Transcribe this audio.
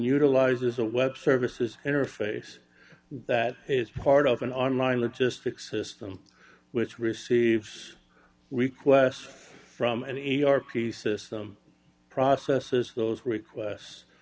utilizes a web services interface that is part of an online logistic system which receives requests from an a a r p system processes those requests